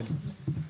כן.